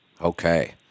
Okay